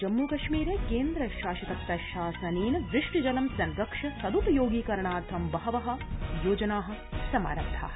जम्मु कश्मीरे केन्द्र शासित प्रशासनेन वृष्टिजलं संरक्ष्य सद्वपयोगी करणार्थ बहव योजना समारब्धा